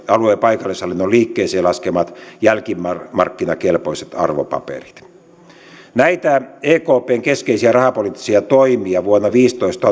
alueen paikallishallinnon liikkeeseen laskemat jälkimarkkinakelpoiset arvopaperit näitä ekpn keskeisiä rahapoliittisia toimia vuonna viisitoista